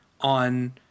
on